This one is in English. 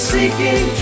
Seeking